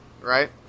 Right